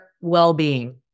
well-being